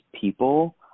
people